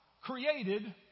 created